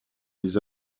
les